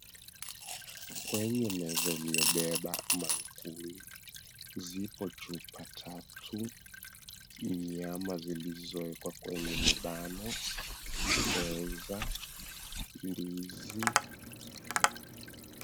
Kwenye meza iliyobeba maakuli, zipo chupa tatu, nyama zilizoekwa kwenye mibano, pweza, ndizi.